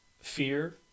fear